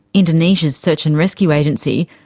indonesia's search and rescue agency,